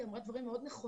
נאמרו